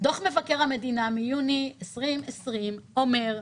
דוח מבקר המדינה מיוני 2020 אומר,